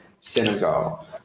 Senegal